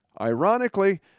Ironically